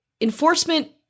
enforcement